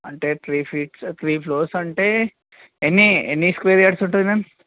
అంటే three feets three floors అంటే ఎన్నీ ఎన్నీ స్క్వేర్ యార్డ్స్ ఉంటుంది మ్యామ్